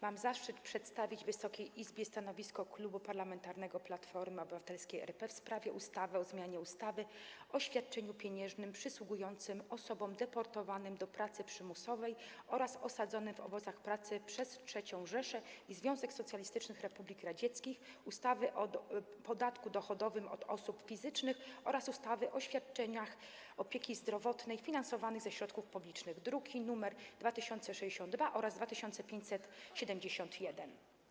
Mam zaszczyt przedstawić Wysokiej Izbie stanowisko Klubu Parlamentarnego Platforma Obywatelska RP w sprawie ustawy o zmianie ustawy o świadczeniu pieniężnym przysługującym osobom deportowanym do pracy przymusowej oraz osadzonym w obozach pracy przez III Rzeszę i Związek Socjalistycznych Republik Radzieckich, ustawy o podatku dochodowym od osób fizycznych oraz ustawy o świadczeniach opieki zdrowotnej finansowanych ze środków publicznych, druki nr 2062 oraz 2571.